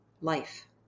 life